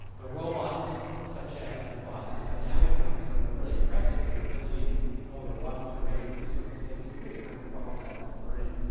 the robots such as the boston dynamic ones are really impressive in their ability to go over rough terrain and do sorts of things. they're doing kind of problem solving and learning.